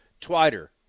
Twitter